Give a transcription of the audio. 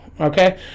Okay